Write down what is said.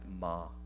ma